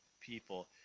people